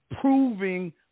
proving